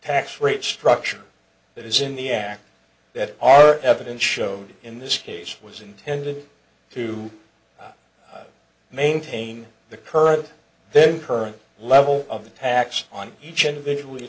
tax rate structure that is in the act that our evidence showed in this case was intended to maintain the current then current level of the tax on each individual w